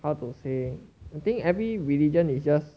how to say I think every religion is just